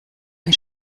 ein